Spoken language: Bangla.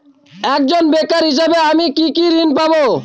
একজন বেকার হিসেবে আমি কি কি ঋণ পাব?